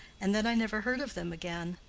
and then i never heard of them again,